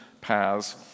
paths